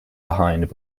behind